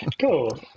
Cool